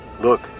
Look